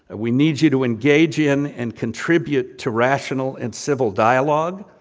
we need you to engage in and contribute to rational and civil dialogue,